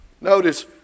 Notice